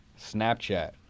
Snapchat